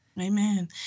Amen